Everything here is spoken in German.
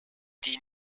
die